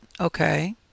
Okay